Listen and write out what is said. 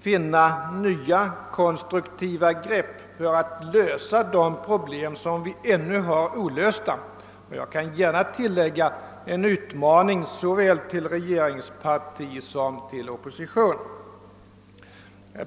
finna nya konstruktiva grepp för att lösa de problem som ännu är olösta — och jag vill tillägga att det är en utmaning till såväl regeringspartiet som till oppositionen.